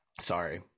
Sorry